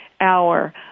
hour